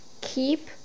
Keep